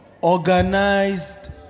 Organized